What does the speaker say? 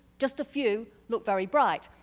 just a few look very bright.